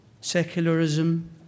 secularism